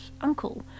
uncle